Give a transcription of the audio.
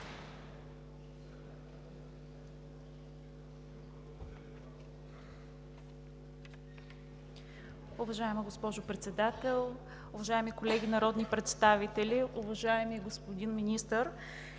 Уважаема госпожо Председател, уважаеми колеги народни представители! Уважаеми господин Министър,